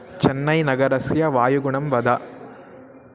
चन्नैनगरस्य वायुगुणं वद